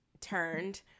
turned